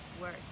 Worse